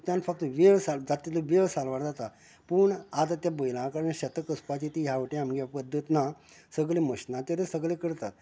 हातूंतल्यान फक्त वेळ सा जाता तितलो वेळ सांलवार जाता पूण आता ते बैलां कडल्यान शेत कसपाची ती ह्या वाटेन पद्दत ना सगळें मश्नांचेरच सगळें करतात